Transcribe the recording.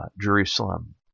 Jerusalem